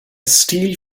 steel